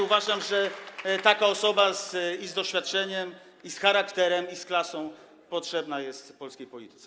Uważam, że taka osoba - i z doświadczeniem, i z charakterem, i z klasą - potrzebna jest polskiej polityce.